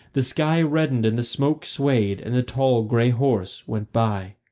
the sky reddened and the smoke swayed, and the tall grey horse went by.